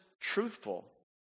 truthful